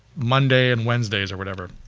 monday and wednesday's or whatever.